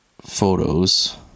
photos